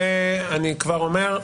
אני כבר אומר,